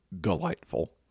delightful